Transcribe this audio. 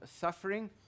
suffering